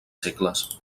segles